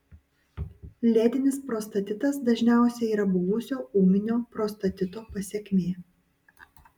lėtinis prostatitas dažniausiai yra buvusio ūminio prostatito pasekmė